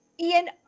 Ian